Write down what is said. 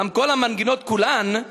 ברם כל המנגינות כולן",